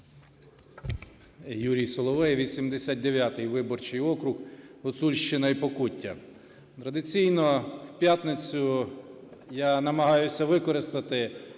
Юрій Соловей, 89 виборчий округ, Гуцульщина і Покуття. Традиційно в п'ятницю я намагаюся використати